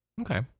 Okay